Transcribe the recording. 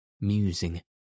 musing